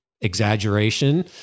exaggeration